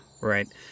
right